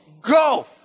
go